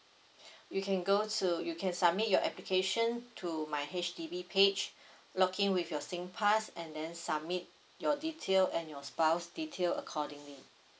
you can go to you can submit your application to my H_D_B page login with your sinpass and then submit your detail and your spouse detail accordingly